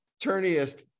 turniest